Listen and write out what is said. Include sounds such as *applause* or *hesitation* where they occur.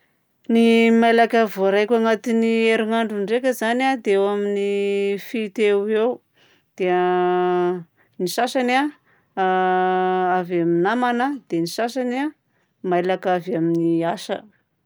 Ny mailaka voaraiko agnatin'ny herinandro ndraika zany a dia eo amin'ny fito eo ho eo. Dia ny sasany a, *hesitation* avy amin'ny namagna, dia ny sasany a, mailaka avy amin'ny asa.